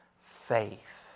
faith